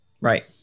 Right